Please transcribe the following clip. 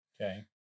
Okay